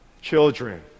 children